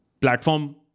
Platform